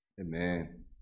Amen